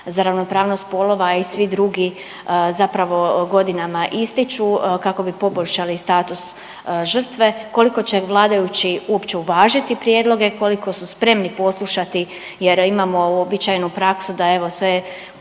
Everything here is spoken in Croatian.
za ravnopravnost spolova i svi drugi zapravo godinama ističu kako bi poboljšali status žrtve, koliko će vladajući uopće uvažiti prijedloge, koliko su spremni poslušati jer imamo uobičajenu praksu da evo sve,